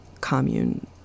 commune